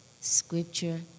scripture